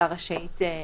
לא.